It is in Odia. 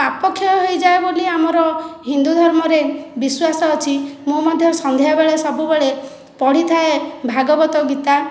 ପାପ କ୍ଷୟ ହୋଇଯାଏ ବୋଲି ଆମର ହିନ୍ଦୁଧର୍ମରେ ବିଶ୍ୱାସ ଅଛି ମୁଁ ମଧ୍ୟ ସନ୍ଧ୍ୟାବେଳେ ସବୁବେଳେ ପଢ଼ିଥାଏ ଭାଗବତ ଗୀତା